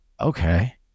Okay